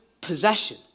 possession